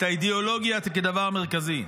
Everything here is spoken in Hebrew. את האידיאולוגיה, כדבר מרכזי.